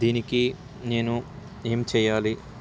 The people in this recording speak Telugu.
దీనికి నేను ఏం చేయాలి